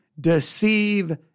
deceive